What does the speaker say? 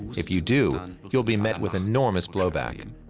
if you do, and you will be met with enormous blowback. and